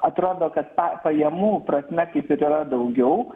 atrodo kad pa pajamų prasme kaip ir yra daugiau